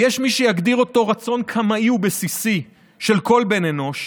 ויש מי שיגדיר אותו רצון קמאי ובסיסי של כל בן אנוש,